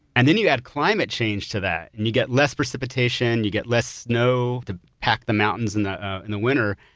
and then you add climate change to that and you get less precipitation, you get less snow to pack the mountains in the and the winter.